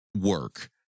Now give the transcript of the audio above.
work